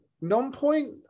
non-point